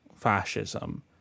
fascism